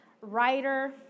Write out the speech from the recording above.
writer